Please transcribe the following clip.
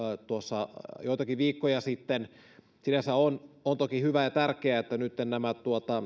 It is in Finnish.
tuossa joitakin viikkoja sitten sinänsä on on toki hyvä ja tärkeää että nyt nämä